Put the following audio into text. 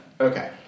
Okay